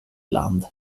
land